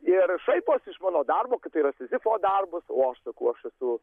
ir šaiposi iš mano darbo kad tai yra sizifo darbas o aš sakau aš esu